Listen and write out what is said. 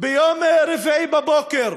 ביום רביעי בבוקר.